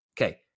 okay